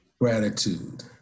Gratitude